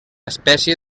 espècie